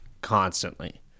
constantly